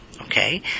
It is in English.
okay